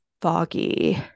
foggy